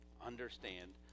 Understand